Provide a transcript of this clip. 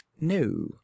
No